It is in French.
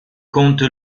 compte